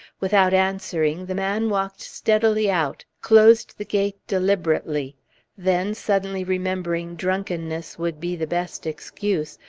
without answering the man walked steadily out, closed the gate deliberately then, suddenly remembering drunkenness would be the best excuse,